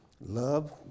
love